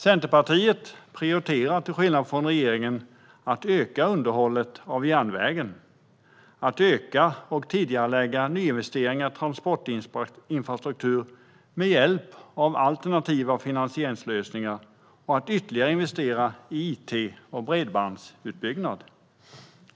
Centerpartiet prioriterar till skillnad från regeringen att öka underhållet av järnvägen, att öka och tidigarelägga nyinvesteringar i transportinfrastruktur med hjälp av alternativa finansieringslösningar och att ytterligare investera i it och bredbandsutbyggnad.